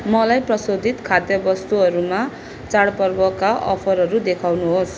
मलाई प्रशोधित खाद्य वस्तुहरूमा चाडपर्वका अफरहरू देखाउनुहोस्